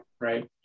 right